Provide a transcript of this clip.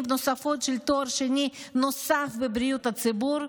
נוספות של תואר שני נוסף בבריאות הציבור,